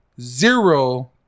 zero